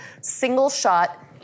single-shot